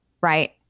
Right